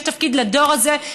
יש תפקיד לדור הזה,